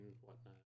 whatnot